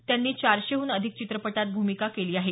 त्यांनी यांनी चारशेहून अधिक चित्रपटात भूमिका केली आहे